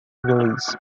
release